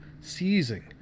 seizing